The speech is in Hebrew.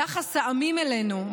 יחס העמים אלינו,